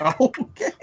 Okay